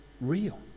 real